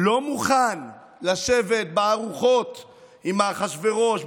הוא לא מוכן לשבת בארוחות עם אחשוורוש,